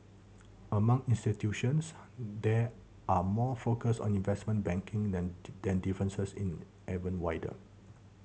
among institutions that are more focused on investment banking difference is even wider